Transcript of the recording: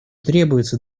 требуются